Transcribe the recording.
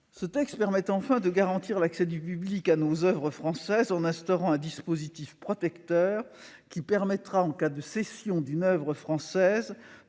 Ce texte permet, enfin, de garantir l'accès du public à nos oeuvres françaises, en instaurant un dispositif protecteur, qui permettra, en cas de cession d'une oeuvre française,